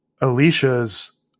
Alicia's